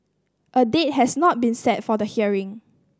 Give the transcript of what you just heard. a date has not been set for the hearing